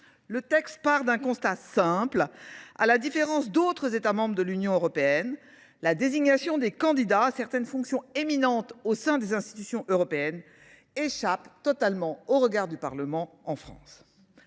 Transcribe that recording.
de ce qui se passe dans d’autres États membres de l’Union européenne, la désignation des candidats à certaines fonctions éminentes au sein des institutions européennes échappe totalement au regard du Parlement. Si la